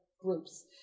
groups